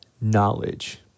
knowledge